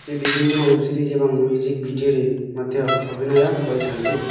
ସେ ବିଭିନ୍ନ web series ଏବଂ ମ୍ୟୁଜିକ୍ ଭିଡ଼ିଓରେ ମଧ୍ୟ ଅଭିନୟ କରିଛନ୍ତି